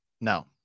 no